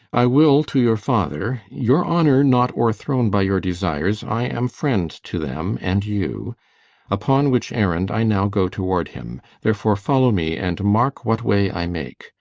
i will to your father. your honour not o'erthrown by your desires, i am friend to them and you upon which errand i now go toward him therefore, follow me, and mark what way i make.